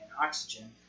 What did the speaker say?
Oxygen